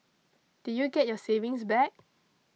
did you get your savings back